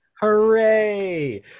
hooray